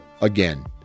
again